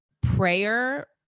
prayer